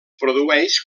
produeix